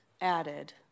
added